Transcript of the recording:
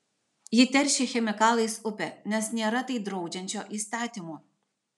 ji teršia chemikalais upę nes nėra tai draudžiančio įstatymo